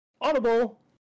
audible